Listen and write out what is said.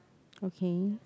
okay